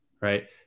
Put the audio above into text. Right